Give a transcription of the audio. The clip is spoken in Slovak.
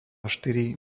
štyri